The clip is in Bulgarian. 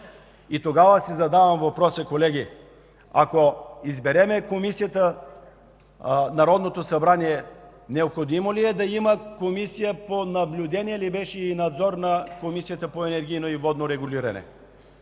Тогава си задавам въпроса, ако изберем Комисията в Народното събрание, необходимо ли е да има наблюдение, или надзор на Комисията по енергийно и водно регулиране?